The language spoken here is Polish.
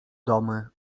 domy